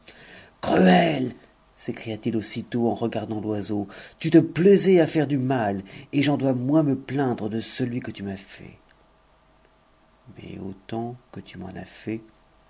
cruel s'écria-t-il aussitôt en regardant l'oiseau tu te plaisais à faire du mal et j'en dois moins me plaindre de celui que tu m'as fait mais autant que tu m'en as fait